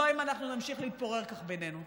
לא אם אנחנו נמשיך להתפורר כך בינינו.